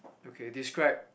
okay describe